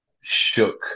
shook